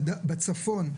בצפון,